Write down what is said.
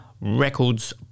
Records